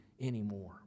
anymore